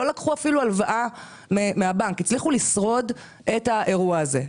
אפילו לא לקחו הלוואה מהבנק אלא הצליחו לשרוד את האירוע הזה.